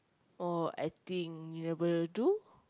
oh I think you never do